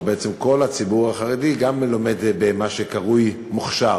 או בעצם כל הציבור החרדי גם הוא לומד במה שקרוי מוכש"ר,